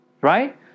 right